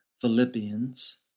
Philippians